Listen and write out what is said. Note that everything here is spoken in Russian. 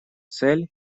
цель